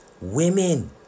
Women